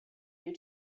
you